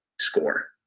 score